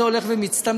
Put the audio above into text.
זה הולך ומצטמצם,